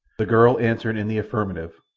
the girl answered in the affirmative,